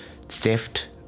theft